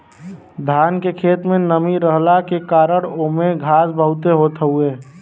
धान के खेत में नमी रहला के कारण ओमे घास बहुते होत हवे